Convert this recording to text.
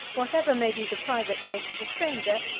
whatever may be the private taste of a stranger,